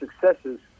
successes